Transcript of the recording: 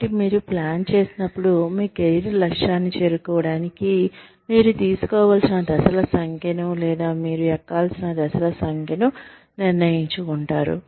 కాబట్టి మీరు ప్లాన్ చేసినప్పుడు మీ కెరీర్ లక్ష్యాన్ని చేరుకోవడానికి మీరు తీసుకోవలసిన దశల సంఖ్యను లేదా మీరు ఎక్కాల్సిన దశల సంఖ్యను నిర్ణయించుకుంటారు